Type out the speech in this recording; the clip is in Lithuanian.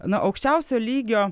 na aukščiausio lygio